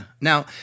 Now